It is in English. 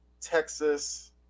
Texas